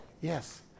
yes